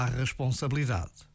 responsabilidade